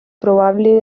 probable